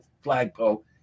flagpole